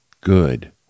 good